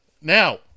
Now